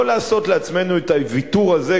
לא לעשות לעצמנו את הוויתור הזה,